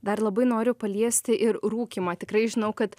dar labai noriu paliesti ir rūkymą tikrai žinau kad